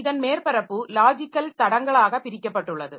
இதன் மேற்பரப்பு லாஜிக்கல் தடங்களாக பிரிக்கப்பட்டுள்ளது